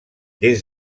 des